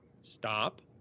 stop